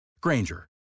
Granger